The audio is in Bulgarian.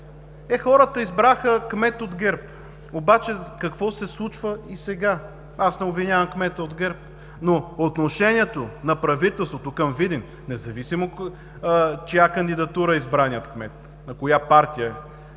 Е, хората избраха кмет от ГЕРБ. Обаче какво се случва и сега? Аз не обвинявам кмета от ГЕРБ, но отношението на правителството към Видин, независимо на чия кандидатура е избрания кмет, на коя партия е,